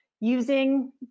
using